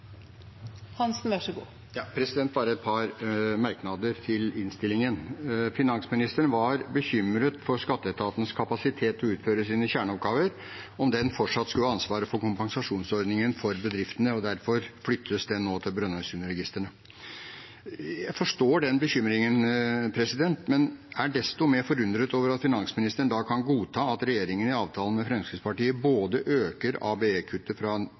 bare et par merknader til innstillingen: Finansministeren var bekymret for skatteetatens kapasitet til å utføre sine kjerneoppgaver om den fortsatt skulle ha ansvaret for kompensasjonsordningen for bedriftene. Derfor flyttes den nå til Brønnøysundregistrene. Jeg forstår den bekymringen, men er desto mer forundret over at finansministeren da kan godta at regjeringen i avtalen med Fremskrittspartiet både øker ABE-kuttet fra